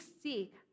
seek